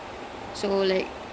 oh okay